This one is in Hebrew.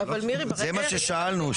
זה מה ששאלנו.